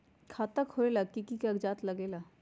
खाता खोलेला कि कि कागज़ात लगेला?